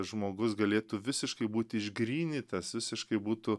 žmogus galėtų visiškai būti išgrynitas visiškai būtų